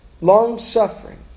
long-suffering